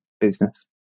business